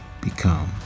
become